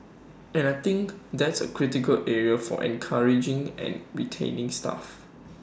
and I think that's A critical area for encouraging and retaining staff